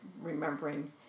remembering